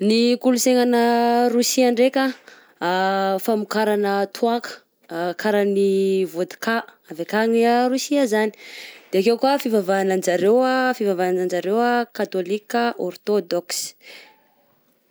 Ny kolosaina any a Rosia ndraika ah, famokarana toàka, karany vodka avy akany a Rosia zagny, de akeo koa fivavahana anjareo ah fivavahana anjareo ah katôloka orthodoxe.